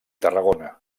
tarragona